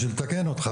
בשביל לתקן אותך,